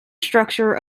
structure